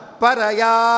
paraya